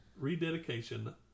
rededication